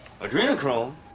Adrenochrome